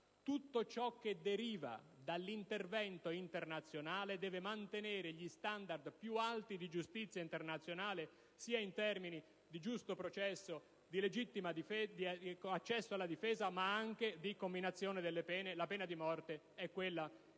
Tutto ciò che deriva dall'intervento internazionale deve mantenere gli standard più alti di giustizia internazionale sia in termini di giusto processo e di accesso alla difesa, ma anche di comminazione delle pene, e la pena di morte non viene